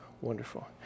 Wonderful